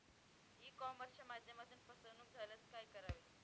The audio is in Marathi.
ई कॉमर्सच्या माध्यमातून फसवणूक झाल्यास काय करावे?